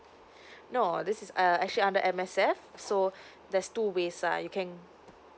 no this is uh actually under M_S_F so there's two ways lah you can